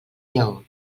lleó